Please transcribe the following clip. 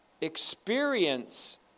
experience